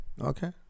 Okay